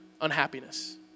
unhappiness